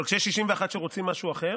אבל כשיש 61 שרוצים משהו אחר,